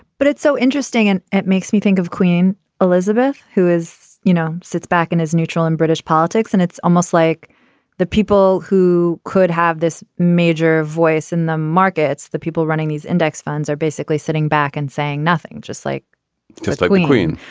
but it's so interesting and it makes me think of queen elizabeth, who is, you know, sits back and is neutral in british politics. and it's almost like the people who could have this major voice in the markets, the people running these index funds are basically sitting back and saying nothing, just like just like going green.